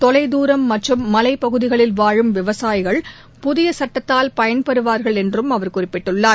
தொலைதூரம் மற்றும் மலைப் பகுதிகளில் வாழும் விவசாயிகள் புதிய சட்டத்தால் பயன்பெறவார்கள் என்று அவர் குறிப்பிட்டுள்ளார்